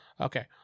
Okay